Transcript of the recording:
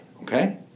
okay